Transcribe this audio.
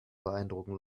beeindrucken